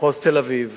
מחוז תל-אביב